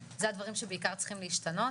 זה הדברים שבעיקר צריכים להשתנות.